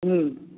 हुँ